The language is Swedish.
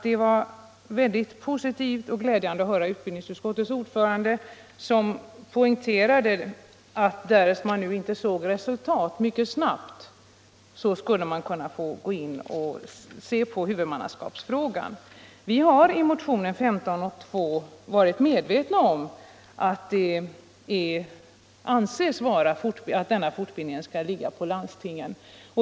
Det var positivt och glädjande att höra utbildningsutskottets ordförande, som poängterade att därest man inte såg resultat mycket snabbt, så skulle man kunna få se över huvudmannaskapsfrågan. Vi har i motionen 1502 varit medvetna om att det anses att denna fortbildning skall anordnas av landstingen.